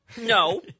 No